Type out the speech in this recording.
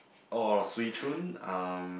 or swee-choon um